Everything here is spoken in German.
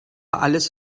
alles